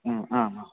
हूं आम् आम्